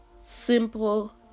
simple